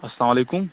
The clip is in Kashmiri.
اسلامُ علیکُم